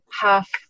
half